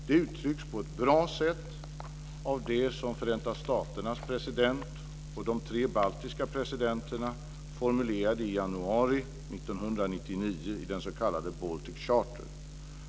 Det uttrycks på ett bra sätt av det som Förenta staternas president och de tre baltiska presidenterna formulerade i januari 1999 i den s.k. Baltic Charter.